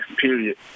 period